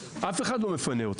אף אחד לא מפנה את